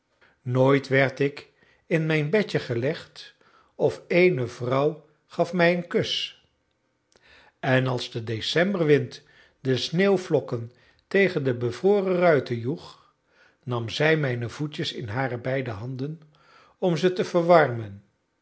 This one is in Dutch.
nooit werd ik in mijn bedje gelegd of eene vrouw gaf mij een kus en als de decemberwind de sneeuwvlokken tegen de bevroren ruiten joeg nam zij mijne voetjes in hare beide handen om ze te verwarmen